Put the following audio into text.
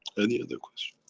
any other question?